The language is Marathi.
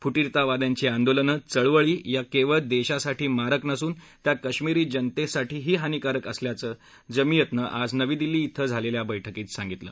फुटीरतावाद्यांची आंदोलनं चळवळी या केवळ देशासाठी मारक नसून त्या कश्मिरी जनतेच्यासाठीही हानीकारक ठरत असल्याचं जमीयतनं आज नवी दिल्ली इथं झालेल्या बैठकीत सांगितलं